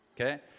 okay